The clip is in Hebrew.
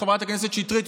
חברת הכנסת שטרית,